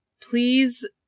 Please